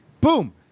boom